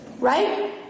right